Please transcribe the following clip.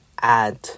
add